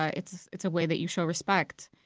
ah it's it's a way that you show respect.